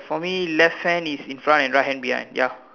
for me left hand is in front and right hand behind ya